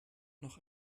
noch